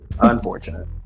Unfortunate